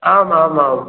आम् आम् आम्